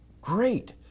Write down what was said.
great